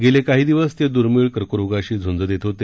गेले काही दिवस ते दुर्मीळ कर्करोगाशी झुंज देत होते